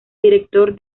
director